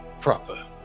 proper